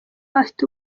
afite